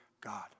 God